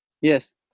yes